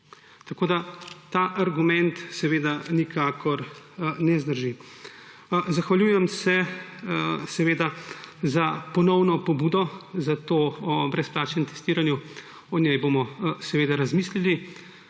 Tako ta argument seveda nikakor ne zdrži. Zahvaljujem se za ponovno pobudo o brezplačnem testiranju. O njej bomo razmislili.